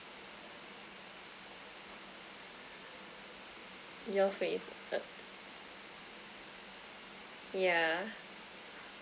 your fav~ uh yeah